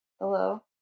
hello